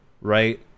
right